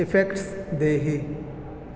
effects देहि